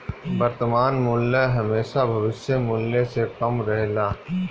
वर्तमान मूल्य हेमशा भविष्य मूल्य से कम रहेला